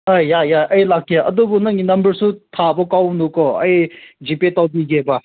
ꯍꯣꯏ ꯌꯥꯏ ꯌꯥꯏ ꯑꯩ ꯂꯥꯛꯀꯦ ꯑꯗꯨꯕꯨ ꯅꯪꯒꯤ ꯅꯝꯕꯔꯁꯨ ꯊꯥꯕ ꯀꯥꯎꯒꯅꯨꯀꯣ ꯑꯩ ꯖꯤ ꯄꯦ ꯇꯧꯕꯤꯒꯦꯕ